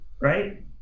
Right